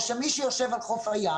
או שמי שיושב על חוף הים,